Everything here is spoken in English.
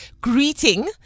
greeting